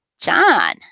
John